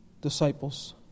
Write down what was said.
disciples